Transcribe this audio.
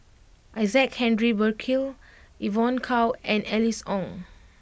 Isaac Henry Burkill Evon Kow and Alice Ong